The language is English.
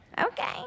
Okay